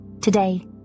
Today